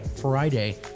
Friday